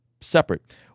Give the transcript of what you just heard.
separate